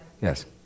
Yes